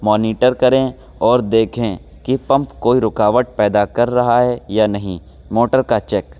monitor کریں اور دیکھیں کہ پمپ کوئی رکاوٹ پیدا کر رہا ہے یا نہیں موٹر کا چیک